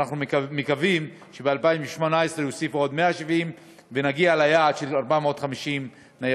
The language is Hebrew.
ואנחנו מקווים שב-2018 יוסיפו עוד 170 ונגיע ליעד של 450 ניידות.